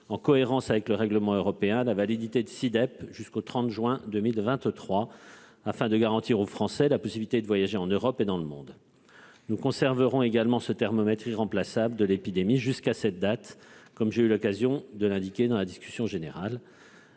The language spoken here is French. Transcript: en cohérence avec le règlement européen, la validité de SI-DEP jusqu'au 30 juin 2023, afin de garantir aux Français la possibilité de voyager en Europe et dans le monde. Nous conserverons ce thermomètre irremplaçable de l'épidémie jusqu'à cette date, comme j'ai eu l'occasion de l'indiquer dans la discussion générale.